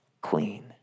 clean